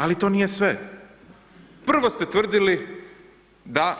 Ali to nije sve, prvo ste tvrdili da